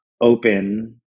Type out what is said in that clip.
open